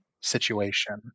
situation